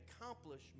accomplish